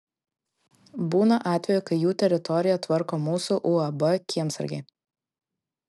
būna atvejų kai jų teritoriją tvarko mūsų uab kiemsargiai